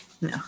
No